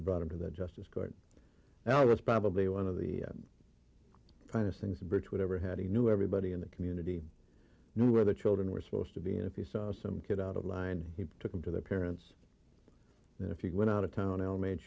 brought him to the justice court now it was probably one of the finest things birchwood ever had he knew everybody in the community knew where the children were supposed to be and if you saw some kid out of line he took them to their parents and if you went out of town l made